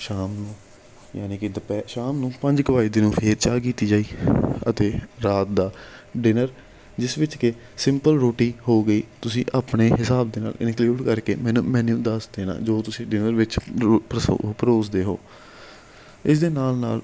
ਸ਼ਾਮ ਨੂੰ ਯਾਨੀ ਕਿ ਦੁਪ ਸ਼ਾਮ ਨੂੰ ਪੰਜ ਕੁ ਵੱਜਦੇ ਨੂੰ ਫਿਰ ਚਾਹ ਕੀਤੀ ਜਾਈ ਅਤੇ ਰਾਤ ਦਾ ਡਿਨਰ ਜਿਸ ਵਿੱਚ ਕਿ ਸਿੰਪਲ ਰੋਟੀ ਹੋ ਗਈ ਤੁਸੀਂ ਆਪਣੇ ਹਿਸਾਬ ਦੇ ਨਾਲ ਇਨਕਲੂਡ ਕਰਕੇ ਮੈਨੂੰ ਮੈਨਿਊ ਦੱਸ ਦੇਣਾ ਜੋ ਤੁਸੀਂ ਡਿਨਰ ਵਿੱਚ ਰੋ ਪਰੋ ਪਰੋਸਦੇ ਹੋ ਇਸ ਦੇ ਨਾਲ ਨਾਲ